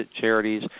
charities